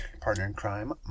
partner-in-crime